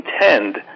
intend